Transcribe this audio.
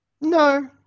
No